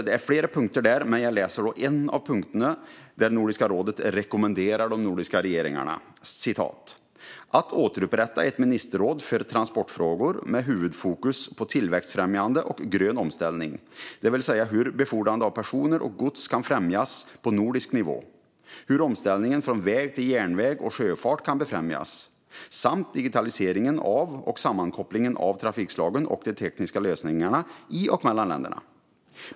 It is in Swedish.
Det är flera punkter, men jag läser en av punkterna där Nordiska rådet rekommenderar de nordiska regeringarna "att återupprätta ett ministerråd för transportfrågor, med huvudfokus på tillväxtfrämjande och grön omställning, d.v.s. hur befordrande av personer och gods kan främjas på nordisk nivå, hur omställningen från väg till järnväg och sjöfart kan befrämjas, samt digitaliseringen av och sammankopplingen av trafikslagen och de tekniska lösningarna i och mellan länderna.